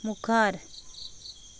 मुखार